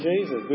Jesus